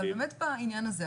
אבל באמת בעניין הזה,